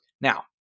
Now